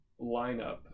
lineup